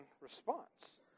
response